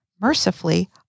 mercifully